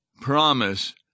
promise